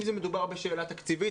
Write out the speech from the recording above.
אם מדובר בשאלה תקציבית